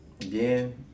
again